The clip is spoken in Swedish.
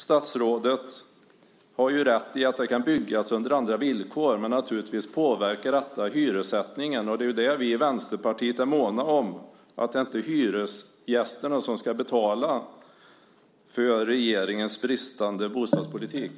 Statsrådet har rätt i att det kan byggas på andra villkor, men naturligtvis påverkar detta hyressättningen. Vi i Vänsterpartiet är måna om att det inte är hyresgästerna som ska betala för regeringens bristande bostadspolitik.